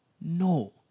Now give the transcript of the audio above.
no